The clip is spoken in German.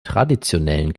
traditionellen